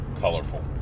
colorful